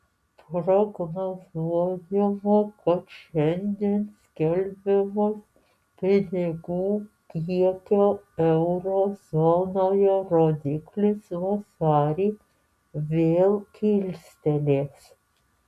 prognozuojama kad šiandien skelbiamas pinigų kiekio euro zonoje rodiklis vasarį vėl kilstelės